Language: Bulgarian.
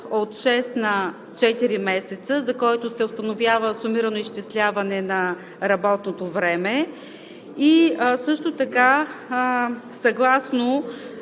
на четири месеца, за който се установява сумирано изчисляване на работното време.